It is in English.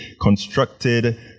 constructed